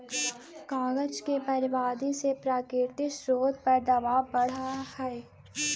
कागज के बर्बादी से प्राकृतिक स्रोत पर दवाब बढ़ऽ हई